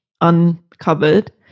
uncovered